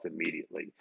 immediately